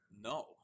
No